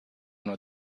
una